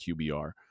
QBR